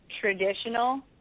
traditional